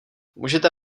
můžete